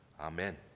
Amen